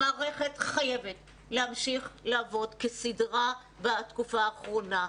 המערכת חייבת להמשיך לעבוד כסדרה בתקופה האחרונה.